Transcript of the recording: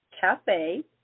cafe